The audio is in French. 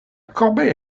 corbeille